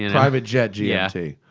yeah private jet gmt.